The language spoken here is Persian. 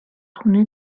خونه